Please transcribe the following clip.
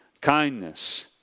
kindness